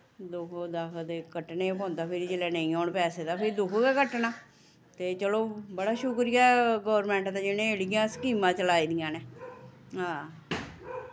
दुख दख ते कट्टने पौंदा फिरी जिल्लै नेईं होन पैसे ते फ्ही दुख गै कट्टना ते चलो बड़ा शुक्रिया ऐ गोरमैंट दा जि'नें एह्ड़ियां स्कीमां चलाई दियां न हां